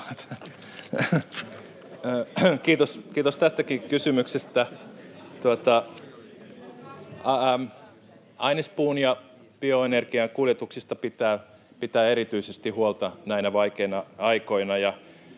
Kiitos tästäkin kysymyksestä. Ainespuun ja bioenergian kuljetuksista pitää pitää erityisesti huolta näinä vaikeina aikoina.